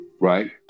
right